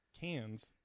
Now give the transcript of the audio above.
Cans